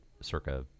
circa